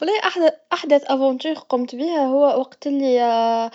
والله أحل- أحدث مغامرا كنت فيها, هو وقت اللي